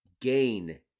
gain